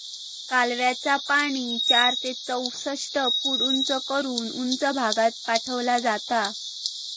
कालव्याचा पाणी चार ते चौसष्ट फूट उंच करून उंच भागात पाठवला जाता